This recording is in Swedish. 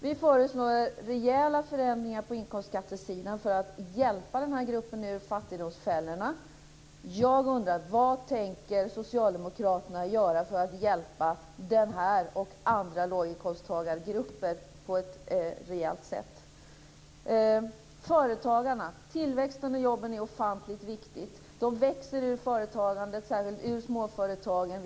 Vi föreslår rejäla förändringar på inkomstskattesidan för att hjälpa den här gruppen ur fattigdomsfällorna. Vad tänker socialdemokraterna göra för att hjälpa den här gruppen och andra låginkomsttagargrupper på ett reellt sätt? När det gäller företagarna är tillväxten och jobben ofantligt viktiga. Jobben växer ur företagandet, särskilt ur småföretagen.